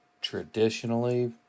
traditionally